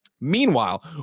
Meanwhile